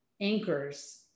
anchors